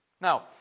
Now